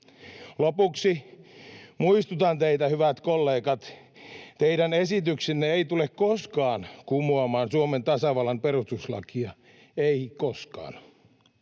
Lopuksi muistutan teitä, hyvät kollegat: Teidän esityksenne ei tule koskaan kumoamaan Suomen tasavallan perustuslakia — ei koskaan.